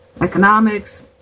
Economics